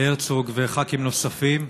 הרצוג וח"כים נוספים,